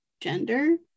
gender